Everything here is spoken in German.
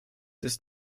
ist